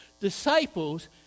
Disciples